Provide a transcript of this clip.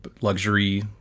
luxury